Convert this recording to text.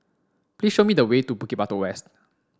please show me the way to Bukit Batok West